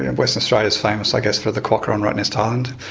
western australia is famous i guess for the quokka on rottnest ah island.